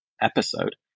episode